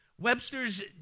Webster's